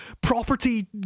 property